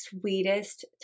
sweetest